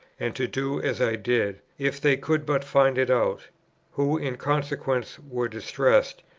and to do as i did, if they could but find it out who in consequence were distressed,